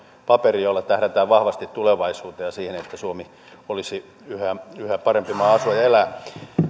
paperi jolla tähdätään vahvasti tulevaisuuteen ja siihen että suomi olisi yhä yhä parempi maa asua ja elää